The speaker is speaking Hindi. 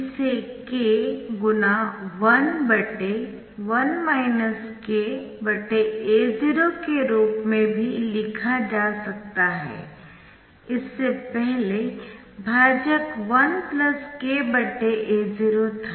इसे k 11 kA0 के रूप में भी लिखा जा सकता है इससे पहले भाजक 1kA0 था